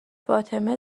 فاطمه